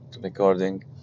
recording